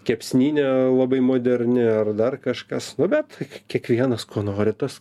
kepsninė labai moderni ar dar kažkas nu bet kiekvienas ko nori tas